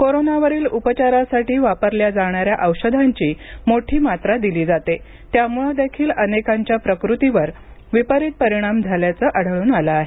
कोरोनावरील उपचारासाठी वापरल्या जाणाऱ्या औषधांची मोठी मात्रा दिली जाते त्यामुळं देखील अनेकांच्या प्रकृतीवर विपरीत परिणाम झाल्याचं आढळून आलं आहे